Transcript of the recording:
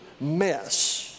mess